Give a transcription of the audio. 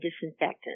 disinfectant